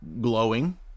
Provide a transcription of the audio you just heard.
Glowing